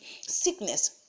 sickness